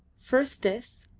first this,